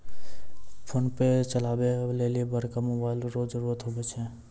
PhonePe चलबै लेली बड़का मोबाइल रो जरुरत हुवै छै